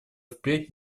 впредь